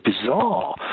bizarre